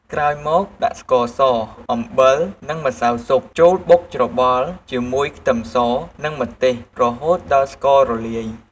ក្រោយមក ដាក់ស្ករស អំបិល និងម្សៅស៊ុបចូល បុកច្របល់ជាមួយខ្ទឹមសនិងម្ទេសរហូតដល់ស្កររលាយ។